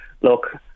look